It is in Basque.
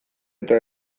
eta